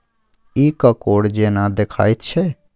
इ कॉकोड़ जेना देखाइत छै